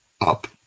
up